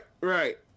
right